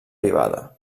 privada